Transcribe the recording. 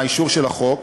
עם האישור של החוק,